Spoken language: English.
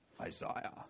Isaiah